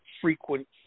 frequent